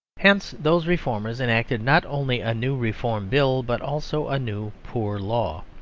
hence those reformers enacted not only a new reform bill but also a new poor law.